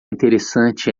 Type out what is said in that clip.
interessante